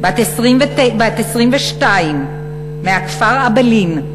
בת 22 מהכפר אעבלין.